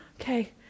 okay